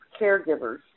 caregivers